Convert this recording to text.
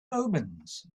omens